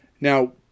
Now